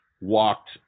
walked